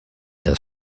das